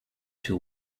two